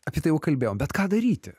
apie tai jau kalbėjom bet ką daryti